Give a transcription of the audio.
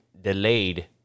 delayed